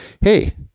hey